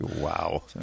Wow